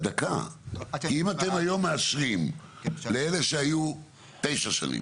אם אתם היום מאשרים לאלה שהיו תשע שנים